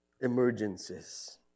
Emergencies